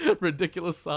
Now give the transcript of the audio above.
ridiculous